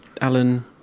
Alan